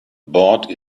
bought